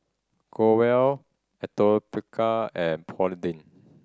Growell Atopicar and Polidin